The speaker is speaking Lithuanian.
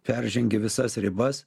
peržengė visas ribas